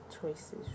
choices